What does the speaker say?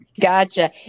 gotcha